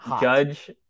judge